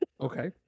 Okay